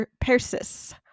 Persis